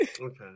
Okay